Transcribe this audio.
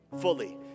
fully